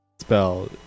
spell